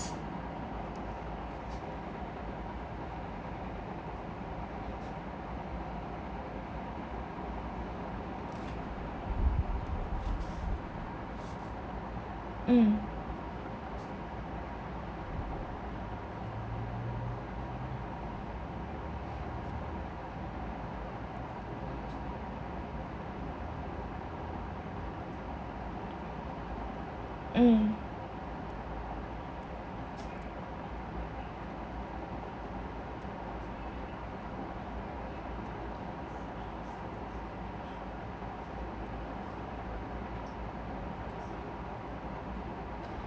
mm mm